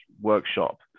workshop